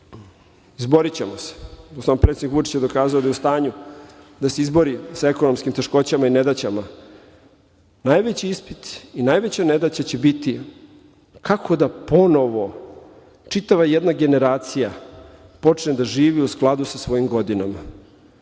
izborićemo se, predsednik Vučić je dokazao da je u stanju da se izbori sa ekonomskim teškoćama i nedaćama. Najveći ispit i najveće nedaće će biti kako da ponovo čitava jedna generacija počne da živi u skladu sa svojim godinama,